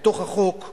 לתוך החוק,